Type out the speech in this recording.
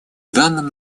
данном